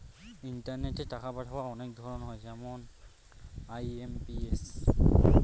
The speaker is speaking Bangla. ইন্টারনেটে টাকা পাঠাবার অনেক ধরন হয় যেমন আই.এম.পি.এস